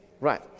Right